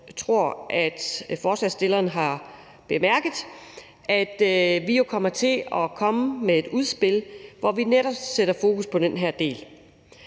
tror at forslagsstillerne har bemærket – at vi jo kommer med et udspil, hvor vi netop sætter fokus på den her del.